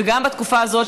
גם בתקופה הזאת,